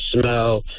smell